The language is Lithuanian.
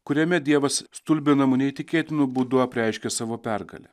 kuriame dievas stulbinamu neįtikėtinu būdu apreiškė savo pergalę